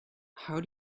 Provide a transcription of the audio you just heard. how